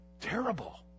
terrible